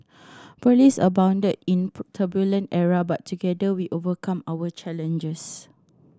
police abounded in turbulent era but together we overcome our challenges